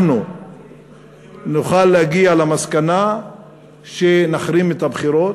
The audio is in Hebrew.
אנחנו נוכל להגיע למסקנה שנחרים את הבחירות.